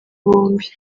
bombi